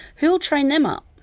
who will train them up?